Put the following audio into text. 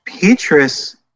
Petrus